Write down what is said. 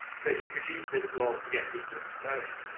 so she produced this blog to get people into sewing.